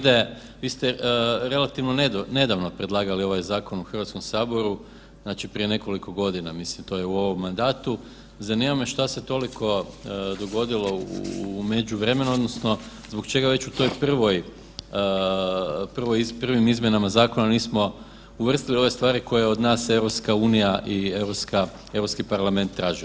Vi ste relativno nedavno predlagali ovaj zakon u Hrvatskom saboru znači prije nekoliko godina, mislim to je u ovom mandatu, zanima me šta se toliko dogodilo u međuvremenu odnosno zbog čega već u tim prvim izmjenama zakona nismo uvrstili ove stvari koje od nas EU i Europski parlament tražio?